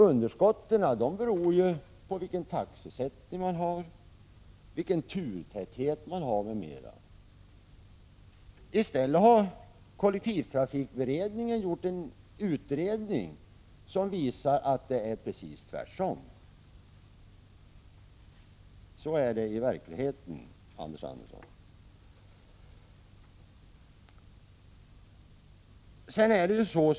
Underskotten beror ju på vilken taxesättning, turtäthet, m.m. som gäller. Kollektivtrafikberedningen har gjort en utredning som visar att det i stället är precis tvärtom — så är det i verkligheten, Anders Andersson.